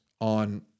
on